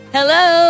Hello